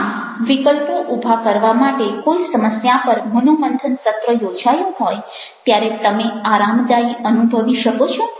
આમ વિકલ્પો ઉભા કરવા માટે કોઈ સમસ્યા પર મનોમંથન સત્ર યોજાયું હોય ત્યારે તમે આરામદાયી અનુભવી શકો છો